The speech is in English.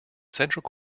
central